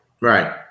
Right